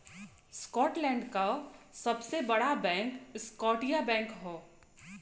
Scotland क सबसे बड़ा बैंक स्कॉटिया बैंक हौ